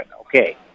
Okay